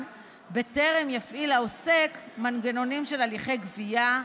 טרם יפעיל העוסק מנגנונים של הליכי גבייה,